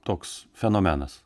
toks fenomenas